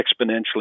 exponentially